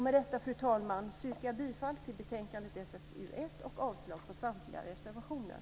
Med detta, fru talman, yrkar jag bifall till förslaget i betänkandet SfU1 och avslag på samtliga reservationer.